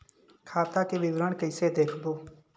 खाता के विवरण कइसे देखबो?